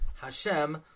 Hashem